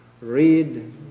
read